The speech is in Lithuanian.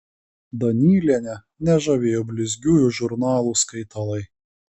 danylienę nežavėjo blizgiųjų žurnalų skaitalai